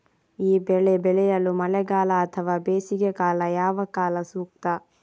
ಈ ಬೆಳೆ ಬೆಳೆಯಲು ಮಳೆಗಾಲ ಅಥವಾ ಬೇಸಿಗೆಕಾಲ ಯಾವ ಕಾಲ ಸೂಕ್ತ?